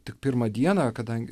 tik pirmą dieną kadangi